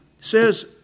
says